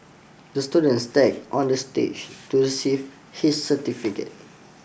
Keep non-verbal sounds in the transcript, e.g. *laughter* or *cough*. the student *unintelligible* on the stage to receive his certificate